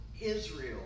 Israel